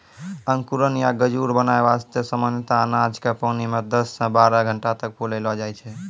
अंकुरण या गजूर बनाय वास्तॅ सामान्यतया अनाज क पानी मॅ दस सॅ बारह घंटा तक फुलैलो जाय छै